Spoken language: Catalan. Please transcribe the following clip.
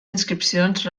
inscripcions